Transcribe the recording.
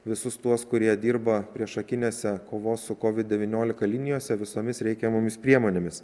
visus tuos kurie dirba priešakinėse kovos su covid devyniolika linijose visomis reikiamomis priemonėmis